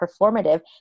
performative